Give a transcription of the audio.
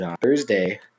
Thursday